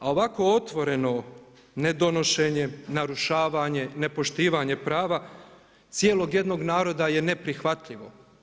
A ovako otvoreno ne donošenje, narušavanje, nepoštivanje prava, cijelog jednog naroda je neprihvatljivo.